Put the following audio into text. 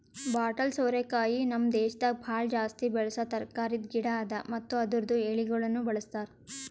bottle ಸೋರೆಕಾಯಿ ನಮ್ ದೇಶದಾಗ್ ಭಾಳ ಜಾಸ್ತಿ ಬೆಳಸಾ ತರಕಾರಿದ್ ಗಿಡ ಅದಾ ಮತ್ತ ಅದುರ್ದು ಎಳಿಗೊಳನು ಬಳ್ಸತಾರ್